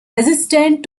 resistant